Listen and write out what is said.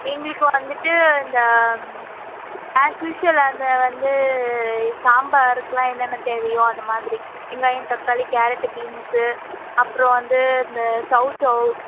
எங்களுக்கு வந்துட்டு இந்த ஆஷ்யூசுவல் அந்த வந்து சாம்பாருக்குலாம் என்னென்ன தேவையோ அந்த மாதிரி வெங்காயம் தக்காளி கேரட் பீன்ஸ் அப்புறோம் வந்து இந்த சௌசௌ